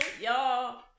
y'all